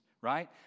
right